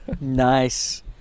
Nice